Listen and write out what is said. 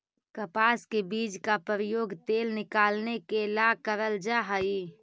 कपास के बीज का प्रयोग तेल निकालने के ला करल जा हई